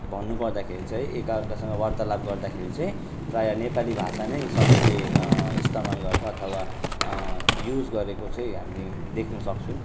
भन्नु पर्दाखेरि चाहिँ एक अर्कासँग वार्तालाप गर्दाखेरि चाहिँ प्रायः नेपाली भाषा नै सबैले इस्तमाल गरेको अथवा युज गरेको चाहिँ हामी देख्न सक्छौँ